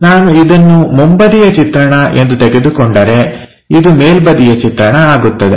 ನಾನು ಇದನ್ನು ಮುಂಬದಿಯ ಚಿತ್ರಣ ಎಂದು ತೆಗೆದುಕೊಂಡರೆ ಇದು ಮೇಲ್ಬದಿಯ ಚಿತ್ರಣ ಆಗುತ್ತದೆ